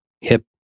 hip